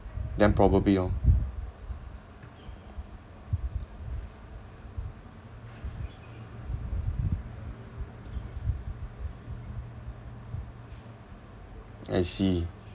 then probably oh I see